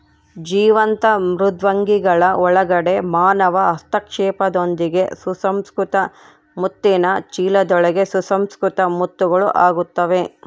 ಜೀವಂತ ಮೃದ್ವಂಗಿಗಳ ಒಳಗಡೆ ಮಾನವ ಹಸ್ತಕ್ಷೇಪದೊಂದಿಗೆ ಸುಸಂಸ್ಕೃತ ಮುತ್ತಿನ ಚೀಲದೊಳಗೆ ಸುಸಂಸ್ಕೃತ ಮುತ್ತುಗಳು ಆಗುತ್ತವೆ